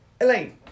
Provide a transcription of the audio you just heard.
Elaine